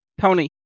Tony